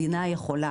מדינה יכולה.